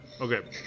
okay